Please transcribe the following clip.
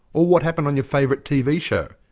or what happened on your favourite tv show.